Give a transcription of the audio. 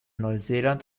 neuseeland